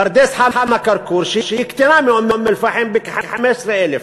פרדס-חנה כרכור, שהיא קטנה מאום-אלפחם בכ-15,000,